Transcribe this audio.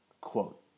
Quote